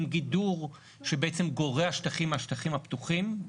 עם גידור שבעצם גורע שטחים מהשטחים הפתוחים,